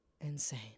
insane